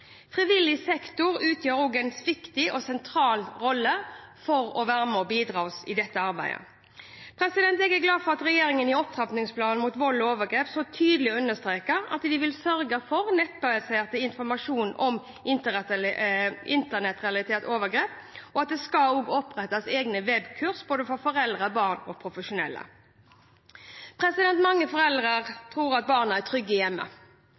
bidra i dette arbeidet. Jeg er glad for at regjeringen i opptrappingsplanen mot vold og overgrep så tydelig understreket at de vil sørge for nettbasert informasjon om internettrelaterte overgrep, og at det også skal opprettes egne webkurs for både foreldre, barn og profesjonelle. Mange foreldre tror at barna er trygge i hjemmet.